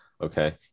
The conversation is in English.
Okay